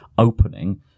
opening